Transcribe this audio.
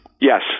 yes